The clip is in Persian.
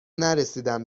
نرسیدم